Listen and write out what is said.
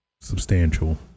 substantial